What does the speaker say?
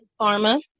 pharma